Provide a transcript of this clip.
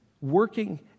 working